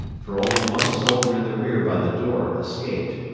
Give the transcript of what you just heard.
for only one soldier in the rear by the door escaped,